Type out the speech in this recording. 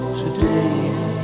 today